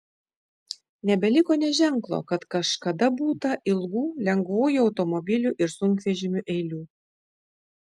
nebeliko nė ženklo kad kažkada būta ilgų lengvųjų automobilių ir sunkvežimių eilių